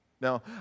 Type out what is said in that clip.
Now